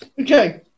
Okay